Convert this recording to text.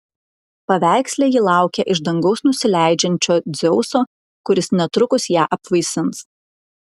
paveiksle ji laukia iš dangaus nusileidžiančio dzeuso kuris netrukus ją apvaisins